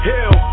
Hell